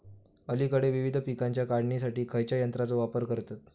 अलीकडे विविध पीकांच्या काढणीसाठी खयाच्या यंत्राचो वापर करतत?